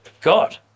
God